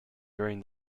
during